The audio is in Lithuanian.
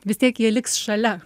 vis tiek jie liks šalia